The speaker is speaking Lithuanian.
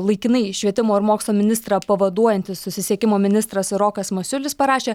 laikinai švietimo ir mokslo ministrą pavaduojantis susisiekimo ministras rokas masiulis parašė